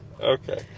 Okay